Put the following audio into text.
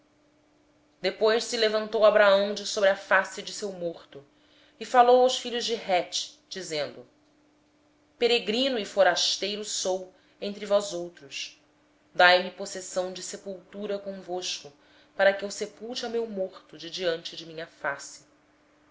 depois se levantou abraão de diante do seu morto e falou aos filhos de hete dizendo estrangeiro e peregrino sou eu entre vós dai-me o direito de um lugar de sepultura entre vós para que eu sepulte o meu morto removendo o de diante da minha face